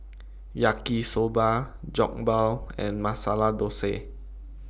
Yaki Soba Jokbal and Masala Dosa